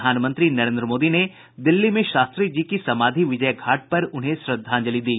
प्रधानमंत्री नरेन्द्र मोदी ने दिल्ली में शास्त्री जी की समाधि विजय घाट पर उन्हें श्रद्धांजलि दी